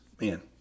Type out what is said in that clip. Man